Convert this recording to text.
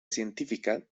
científica